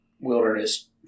wilderness